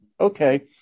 okay